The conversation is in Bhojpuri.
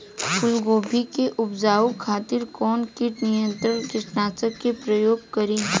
फुलगोबि के उपजावे खातिर कौन कीट नियंत्री कीटनाशक के प्रयोग करी?